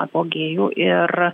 apogėjų ir